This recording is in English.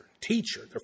teacher